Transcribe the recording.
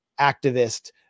activist